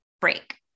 break